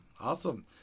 Awesome